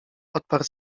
odparł